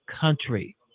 country